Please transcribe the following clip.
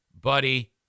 Buddy